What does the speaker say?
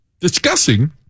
discussing